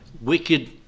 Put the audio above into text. wicked